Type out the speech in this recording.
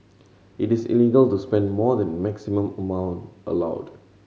it is illegal to spend more than maximum amount allowed